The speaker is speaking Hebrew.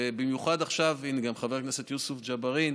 ובמיוחד עכשיו, הינה, גם חבר הכנסת יוסף ג'בארין,